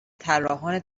طراحان